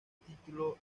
título